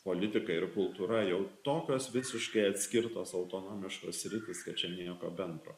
politika ir kultūra jau tokios visiškai atskirtos autonomiškos sritys kad čia nieko bendro